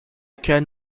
can